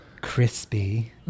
crispy